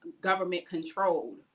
government-controlled